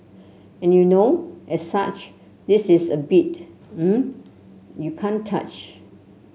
and you know as such this is a beat uh you can't touch